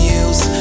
use